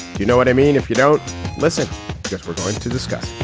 you know what i mean if you don't listen we're going to discuss